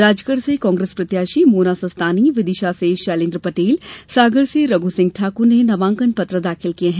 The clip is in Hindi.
राजगढ़ से कांग्रेस प्रत्याशी मोना सुस्तानी विदिशा से शैलेन्द्र पटेल सागर से रघुसिंह ठाकुर ने नामांकन पत्र दाखिल किये हैं